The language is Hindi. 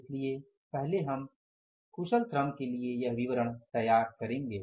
इसलिए पहले हम कुशल श्रम के लिए यह विवरण तैयार करेंगे